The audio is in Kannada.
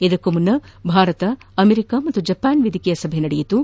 ಇದಕ್ಕೂ ಮುನ್ನ ಭಾರತ ಅಮೆರಿಕಾ ಮತ್ತು ಜಪಾನ್ ವೇದಿಕೆಯ ಸಭೆ ನಡೆಯಿತು